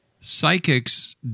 psychics